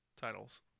titles